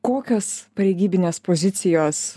kokios pareigybinės pozicijos